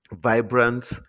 Vibrant